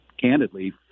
candidly